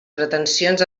pretensions